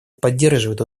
поддерживает